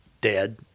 dead